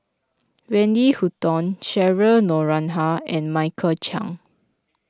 Wendy Hutton Cheryl Noronha and Michael Chiang